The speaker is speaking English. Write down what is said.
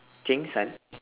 cheng-san